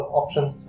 options